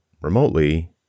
remotely